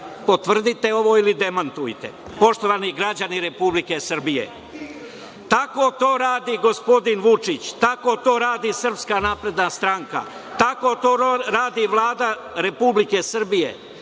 Potvrdite ovo ili demantujte. Poštovani građani Republike Srbije, tako to radi gospodin Vučić, tako to radi SNS, tako to radi Vlada Republike Srbije,